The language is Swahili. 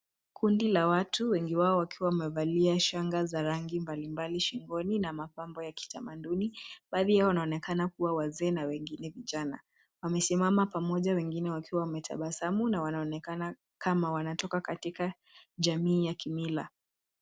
Kundi la watu wengi wao wakiwa wamevalia shanga za rangi mbalimbali shingoni na mapambo ya kitamaduni. Baadhi yao wanaonekana kuwa wazee na wengine vijana. Wamesimama pamoja wengine wakiwa wametabasamu na wanaonekana kama wanatoka jamii ya kimila.